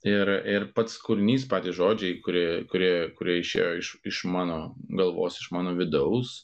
ir ir pats kūrinys patys žodžiai kurie kurie kurie išėjo iš iš mano galvos iš mano vidaus